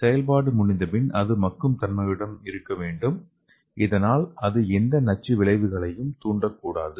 செயல்பாடு முடிந்தபின் அது மக்கும் தன்மையுடன் இருக்க வேண்டும் இதனால் அது எந்த நச்சு விளைவுகளையும் தூண்டக் கூடாது